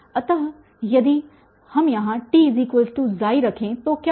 अतः यदि हम यहाँ t रखें तो क्या होगा